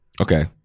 Okay